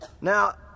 Now